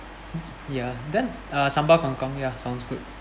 ya then uh sambal kangkung ya sounds good